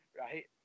right